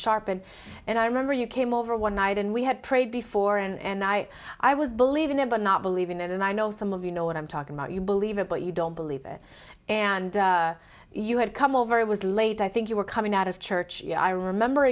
sharp and and i remember you came over one night and we had prayed before and i i was believing them but not believing it and i know some of you know what i'm talking about you believe it but you don't believe it and you had come over it was late i think you were coming out of church i remember